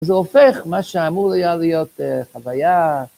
זה הופך מה שאמור היה להיות חוויה.